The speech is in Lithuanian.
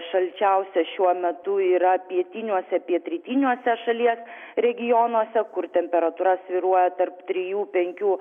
šalčiausia šiuo metu yra pietiniuose pietrytiniuose šalies regionuose kur temperatūra svyruoja tarp trijų penkių